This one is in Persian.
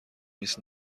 نیست